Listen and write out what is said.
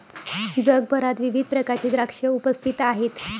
जगभरात विविध प्रकारचे द्राक्षे उपस्थित आहेत